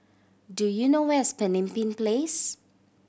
do you know where is Pemimpin Place